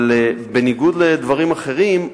אבל בניגוד לדברים אחרים,